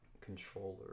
controller